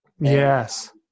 Yes